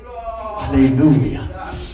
Hallelujah